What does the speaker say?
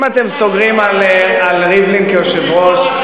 אם אתם סוגרים על ריבלין כיושב-ראש,